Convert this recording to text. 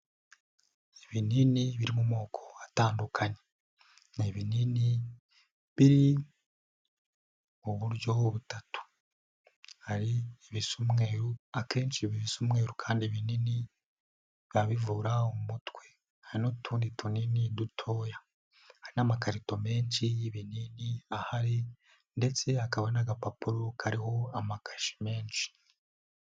Ibinini biri mu moko atandukanye, ni ibinini biri mu buryo butatu, hari ibisa umwe, akenshi ibisa umweru kandi binini, biba bivura umutwe, hari n'utundi tunini dutoya n'amakaripo menshi y'ibinini ahari ndetse hakaba n'agapapuro kariho amakashe menshi.